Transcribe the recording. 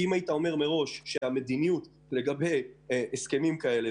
אם היית אומר מראש שהמדיניות לגבי הסכם כזה,